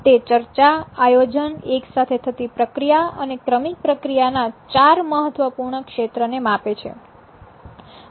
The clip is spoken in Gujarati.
તે ચર્ચા આયોજન એક સાથે થતી પ્રક્રિયા અને ક્રમિક પ્રક્રિયા ના ચાર મહત્વપૂર્ણ ક્ષેત્ર ને માપે છે